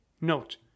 Note